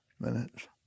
minutes